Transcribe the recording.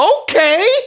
Okay